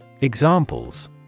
Examples